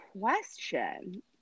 question